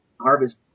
harvest